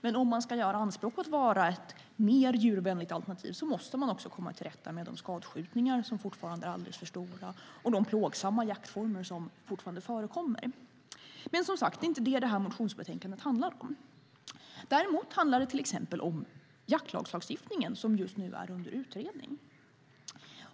Men om man ska göra anspråk på att vara ett mer djurvänligt alternativ måste man också komma till rätta med de skadeskjutningar som fortfarande är alldeles för många och de plågsamma jaktformer som fortfarande förekommer. Men det är som sagt inte det som motionsbetänkandet handlar om. Däremot handlar det till exempel om jaktlagstiftningen, som just nu är under utredning.